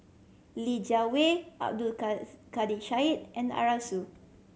Li Jiawei Abdul Kadir Syed and Arasu